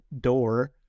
door